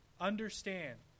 understand